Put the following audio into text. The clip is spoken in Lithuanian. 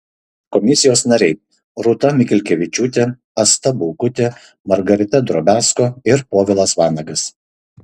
komisijos nariai rūta mikelkevičiūtė asta baukutė margarita drobiazko ir povilas vanagas